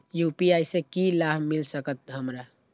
UPI से की लाभ मिल सकत हमरा?